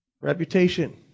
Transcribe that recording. Reputation